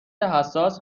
حساس